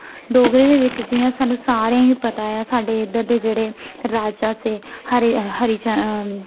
डोगरें दे बिच्च जि'यां सानूं सारें गी पता ऐ साढ़े इद्धर दे जेह्ड़े राजा से हरि हरिज